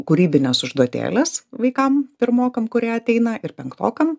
kūrybines užduotėles vaikam pirmokam kurie ateina ir penktokam